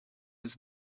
was